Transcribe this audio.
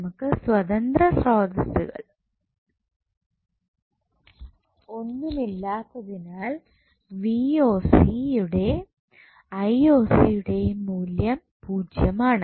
നമുക്ക് സ്വതന്ത്ര സ്രോതസ്സുകൾ ഒന്നുമില്ലാത്തതിനാൽ യുടെയും യുടെയും മൂല്യം പൂജ്യം ആണ്